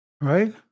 right